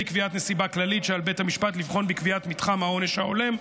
קביעת נסיבה כללית שעל בית המשפט לבחון בקביעת מתחם העונש ההולם,